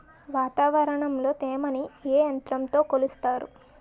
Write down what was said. వాతావరణంలో తేమని ఏ యంత్రంతో కొలుస్తారు?